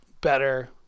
better